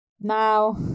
Now